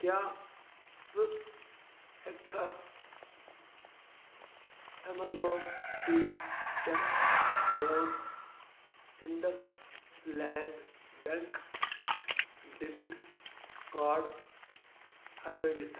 کیٛاہ ژٕ ہٮ۪کٕکھا اَیمازان پےٚ پٮ۪ٹھ میٛون IndusInd bank debit card ہٹٲوِتھ